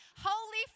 Holy